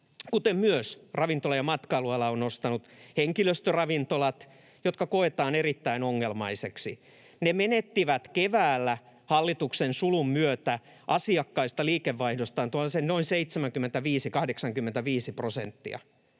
kuten myös ravintola- ja matkailuala on nostanut, henkilöstöravintolat, jotka koetaan erittäin ongelmaisiksi. Ne menettivät keväällä hallituksen sulun myötä asiakkaistaan, liikevaihdostaan noin 75—85 prosenttia.